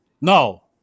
No